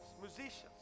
musicians